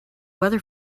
weather